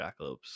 jackalopes